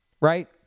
right